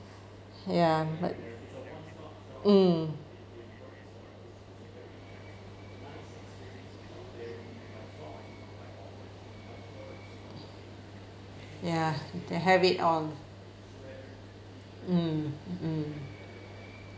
ya but mm ya they have it all mm mm